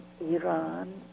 Iran